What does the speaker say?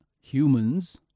humans